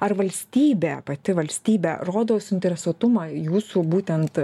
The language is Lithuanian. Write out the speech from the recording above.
ar valstybė pati valstybė rodo suinteresuotumą jūsų būtent